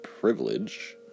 privilege